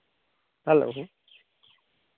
hello